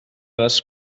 les